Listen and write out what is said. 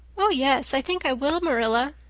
oh, yes, i think i will, marilla,